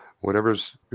Whatever's